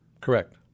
correct